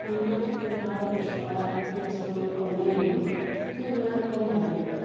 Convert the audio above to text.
അങ്ങനെ ഒരുപാട് പ്രശനങ്ങൾ ഈ അസുഖങ്ങൾക്കൊണ്ടെങ്കിലും ഇതിനെല്ലാം ഇപ്പോൾ മരുന്നുണ്ട്